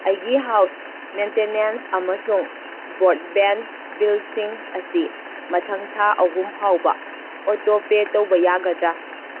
ꯑꯩꯒꯤ house maintenance ꯑꯃꯁꯨꯡ broadband ꯕꯤꯜꯁꯤꯡ ꯑꯁꯤ ꯃꯊꯪ ꯊꯥ ꯑꯍꯨꯝ ꯐꯥꯎꯕ ꯑꯣꯇꯣꯄꯦ ꯇꯧꯕ ꯌꯥꯒꯗ꯭ꯔꯥ